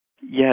Yes